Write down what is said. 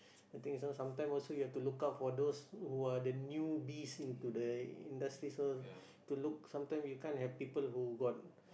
the thing is sometime also you have to look out for those who are the newbies into the industry so to look some time you can't have people who got